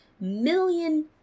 million